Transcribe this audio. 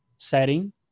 setting